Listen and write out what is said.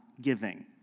giving